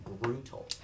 brutal